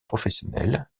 professionnelles